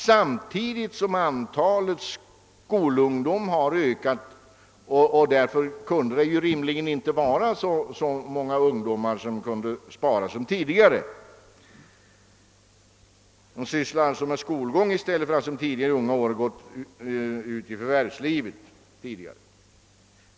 Samtidigt som antalet ungdomar minskat har även andelen skolungdom ökat. Det kan därför rimligen inte finnas lika många sparare i ungdomens lönsparande som tidigare. Ungdomen inriktar sig numera i större utsträckning på skolgång, medan den förut tidigare gick ut i förvärvslivet.